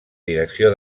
direcció